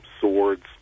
swords